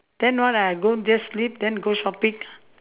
then what I go just sleep then go shopping